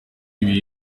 agira